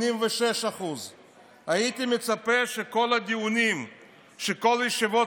86%. הייתי מצפה שכל הדיונים וכל ישיבות